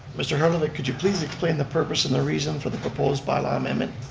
mr. harlan could you please explain the purpose and the reason for the proposed bylaw amendment?